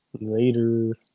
Later